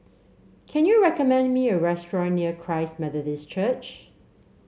can you recommend me a restaurant near Christ Methodist Church